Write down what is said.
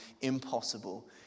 impossible